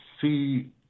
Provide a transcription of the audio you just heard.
see